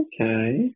Okay